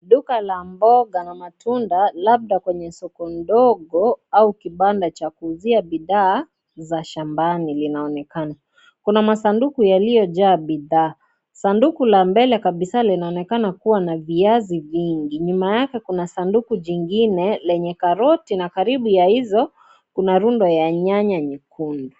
Duka la mboga na matunda labda kwenye soko ndogo au kibanda cha kuuzia bidhaa za shambani linaonekana, kuna masanduku yaliyojaa bidhaa, sanduku la mbele kabisa linaonekana kuwa na viazi vingi nyuma yake kuna sanduku jingine lenye karoti na karibu ya hizo kuna rundo ya nyanya nyekundu.